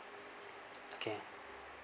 okay